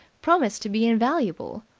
promised to be invaluable.